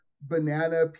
banana